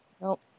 Nope